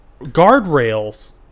guardrails